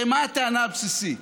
הרי מה הטענה הבסיסית?